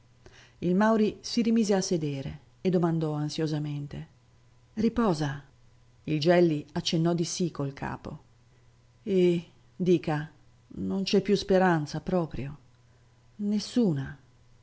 il mauri si rimise a sedere e domandò ansiosamente riposa il gelli accennò di sì col capo e dica non c'è più speranza proprio nessuna